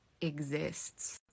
exists